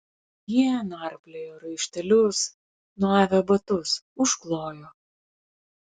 jie narpliojo raištelius nuavę batus užklojo